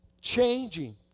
changing